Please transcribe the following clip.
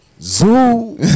zoo